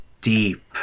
deep